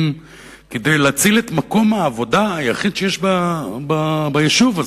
כדי להציל את מקום העבודה היחיד שיש ביישוב הזה,